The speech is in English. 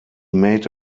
made